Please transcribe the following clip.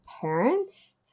parents